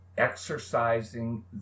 Exercising